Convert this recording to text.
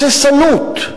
הססנות.